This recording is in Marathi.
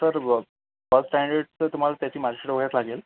सर फर्स्ट स्टँडर्डचं तुम्हाला त्याची मार्कशीट वगैरे लागेल